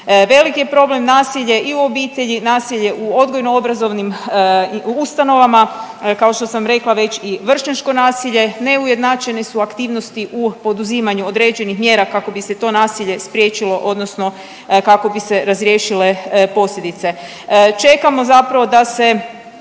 Veliki je problem nasilje i u obitelji, nasilje u odgojno obrazovnim ustanovama, kao što sam rekla već i vršnjačko nasilje, neujednačene su aktivnosti u poduzimanju određenih mjera kako bi se to nasilje spriječilo odnosno kako bi se razriješile posljedice. Čekamo zapravo da se,